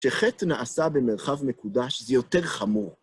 כשחטא נעשה במרחב מקודש זה יותר חמור.